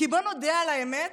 כי בואו נודה על האמת,